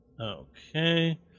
Okay